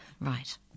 right